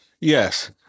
yes